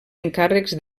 encàrrecs